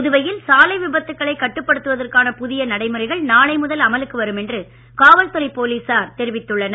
புதுவையில் சாலை விபத்துக்களைக் கட்டுப்படுத்துவதற்கான புதிய நடைமுறைகள் நாளை முதல் அமலுக்கு வரும் என்று காவல்துறை போலீசார் தெரிவித்துள்ளனர்